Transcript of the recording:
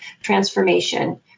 transformation